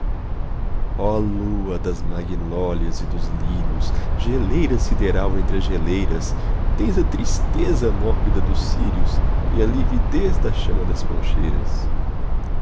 lua das magnólias e dos lírios geleira sideral entre as geleiras tens a tristeza mórbida dos círios e a lividez da chama das poncheiras